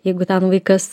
jeigu ten vaikas